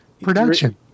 production